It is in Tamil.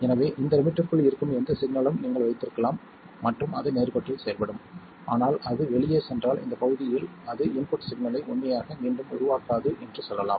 எனவே இந்த லிமிட்டிற்குள் இருக்கும் எந்த சிக்னலும் நீங்கள் வைத்திருக்கலாம் மற்றும் அது நேர்கோட்டில் செயல்படும் ஆனால் அது வெளியே சென்றால் இந்த பகுதிகளில் அது இன்புட் சிக்னலை உண்மையாக மீண்டும் உருவாக்காது என்று சொல்லலாம்